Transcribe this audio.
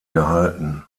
gehalten